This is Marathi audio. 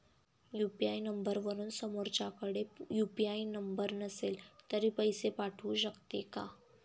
यु.पी.आय नंबरवरून समोरच्याकडे यु.पी.आय नंबर नसेल तरी पैसे पाठवू शकते का?